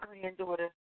granddaughter